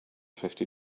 fifty